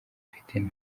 mfite